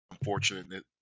unfortunate